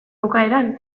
bukaeran